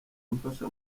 amfasha